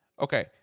okay